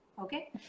Okay